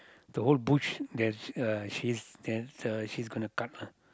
the whole bush there's a she's there's a she's gonna cut lah